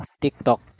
TikTok